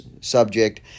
subject